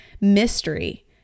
mystery